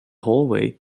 hallway